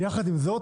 יחד עם זאת,